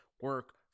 Work